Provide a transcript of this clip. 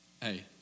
hey